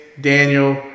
Daniel